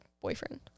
boyfriend